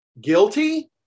Guilty